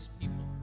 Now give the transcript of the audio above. people